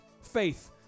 Faith